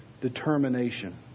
determination